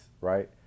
right